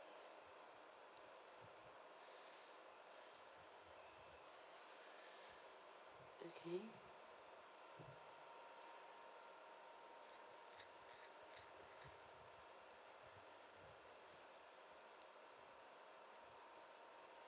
okay